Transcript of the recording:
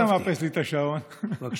לפני שאתה מאפס לי את השעון, בבקשה,